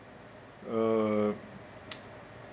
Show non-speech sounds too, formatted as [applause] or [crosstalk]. uh [noise]